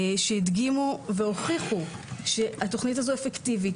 שהדגימו והוכיחו שהתוכנית הזאת אפקטיבית,